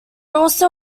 also